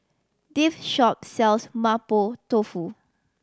this shop sells Mapo Tofu